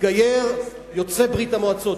יוצא ברית-המועצות,